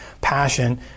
passion